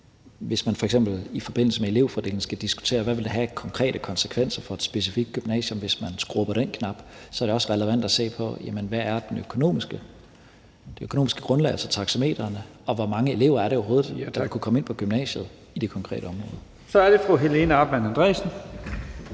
Hvis man f.eks. i forbindelse med elevfordeling skal diskutere, hvad det vil have af konkrete konsekvenser for et specifikt gymnasium, hvis man skruer på den knap, så er det også relevant at se på, hvad det økonomiske grundlag, altså taxametrene, er, og hvor mange elever det er, der overhovedet kunne komme ind på gymnasiet i det konkrete område. Kl. 12:19 Første næstformand